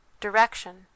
Direction